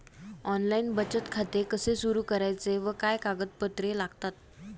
Online बचत खाते कसे सुरू करायचे व काय कागदपत्रे लागतात?